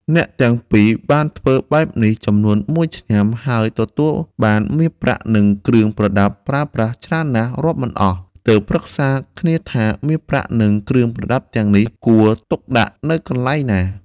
អ្នកទាំងពីរបានធ្វើបែបនេះចំនួនមួយឆ្នាំ ហើយទទួលបានមាសប្រាក់និងគ្រឿងប្រដាប់ប្រើប្រាស់ច្រើនណាស់រាប់មិនអស់ ទើបប្រឹក្សាគ្នាថាមាសប្រាក់និងគ្រឿងប្រដាប់ទាំងនេះ គួរទុកដាក់នៅកន្លែងណា។